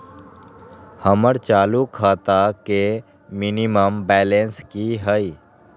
हमर चालू खाता के मिनिमम बैलेंस कि हई?